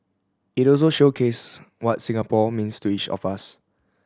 it also showcase what Singapore means to each of us